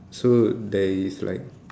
so there is like